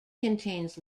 contains